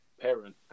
parent